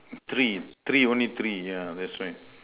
three three only three yeah that's right